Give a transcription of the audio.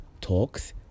Talks